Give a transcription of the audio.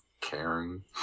caring